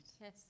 Yes